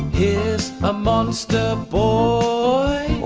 here's a monster boy.